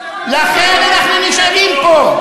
ולכן אנחנו נשארים פה.